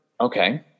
Okay